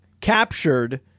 captured